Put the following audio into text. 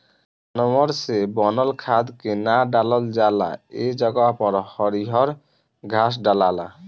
जानवर से बनल खाद के ना डालल जाला ए जगह पर हरियर घास डलाला